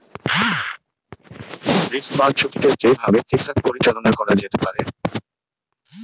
risk বা ঝুঁকিকে যেই ভাবে ঠিকঠাক পরিচালনা করা যেতে পারে